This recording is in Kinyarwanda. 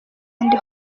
and